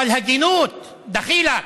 אבל הגינות, דחילק.